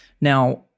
Now